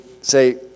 say